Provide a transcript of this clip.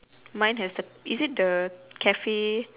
mine has the is it the cafe